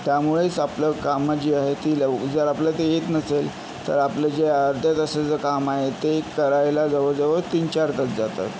त्यामुळेच आपलं कामं जी आहे ती लव जर आपल्याला ते येत नसेल तर आपलं जे अर्ध्या तासाचं काम आहे ते करायला जवळ जवळ तीन चार तास जातात